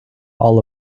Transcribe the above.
all